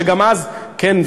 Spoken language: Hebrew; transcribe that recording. שגם אז "זכה"